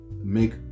make